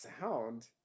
sound